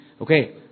okay